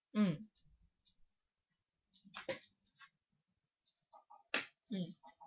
mm mm